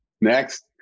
Next